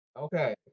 Okay